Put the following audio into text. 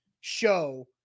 show